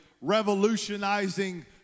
revolutionizing